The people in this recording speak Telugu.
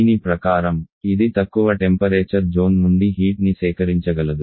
దీని ప్రకారం ఇది తక్కువ టెంపరేచర్ జోన్ నుండి హీట్ ని సేకరించగలదు